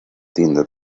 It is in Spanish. tienda